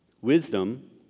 Wisdom